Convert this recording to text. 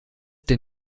der